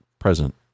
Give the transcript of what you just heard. Present